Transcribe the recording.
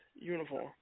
Uniform